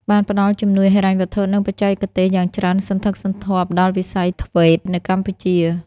បានផ្តល់ជំនួយហិរញ្ញវត្ថុ និងបច្ចេកទេសយ៉ាងច្រើនសន្ធឹកសន្ធាប់ដល់វិស័យ ធ្វេត TVET នៅកម្ពុជា។